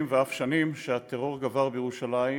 ואף שנים שהטרור גובר בירושלים.